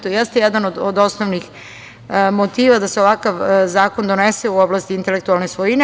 To jeste jedan od osnovnih motiva da se ovakav zakon donese u oblasti intelektualne svojine.